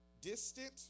distant